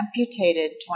amputated